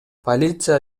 полиция